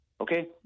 Okay